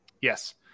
Yes